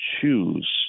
choose